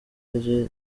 rye